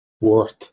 worth